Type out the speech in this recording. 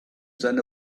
than